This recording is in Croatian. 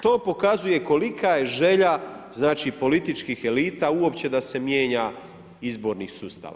To pokazuje kolika je želja znači političkih elita uopće da se mijenja izborni sustav.